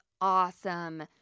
awesome